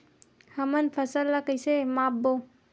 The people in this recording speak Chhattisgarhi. हमन फसल ला कइसे माप बो?